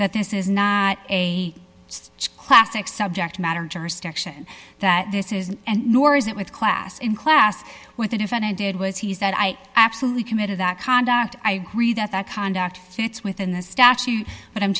that this is not a classic subject matter jurisdiction that this isn't and nor is it with class in class with a defendant did was he said i absolutely committed that conduct i agree that that conduct fits within the statute but i'm